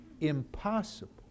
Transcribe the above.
impossible